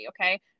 okay